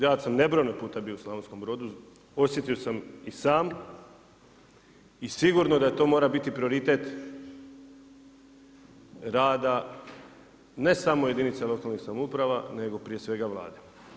Ja sam nebrojeno puta bio u Slavonskom Brodu, osjetio sam i sam i sigurno da to mora biti prioritet rada ne samo jedinica lokalnih samouprava nego prije svega Vlade.